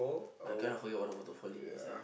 I kind of forget what the is ah